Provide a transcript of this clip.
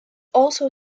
also